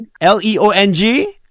L-E-O-N-G